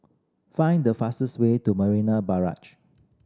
find the fastest way to Marina Barrage